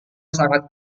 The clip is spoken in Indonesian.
sangat